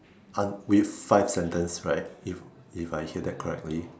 un~ with five sentence right if if I hear that correctly